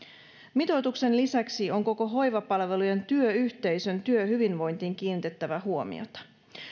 mitoituksen lisäksi on koko hoivapalvelujen työyhteisön työhyvinvointiin kiinnitettävä huomiota